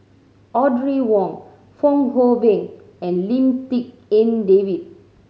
Audrey Wong Fong Hoe Beng and Lim Tik En David